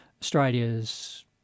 Australia's